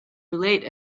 relate